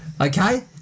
Okay